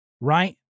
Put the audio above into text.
Right